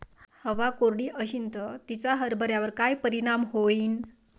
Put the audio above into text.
हवा कोरडी अशीन त तिचा हरभऱ्यावर काय परिणाम होईन?